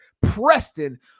Preston